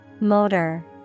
Motor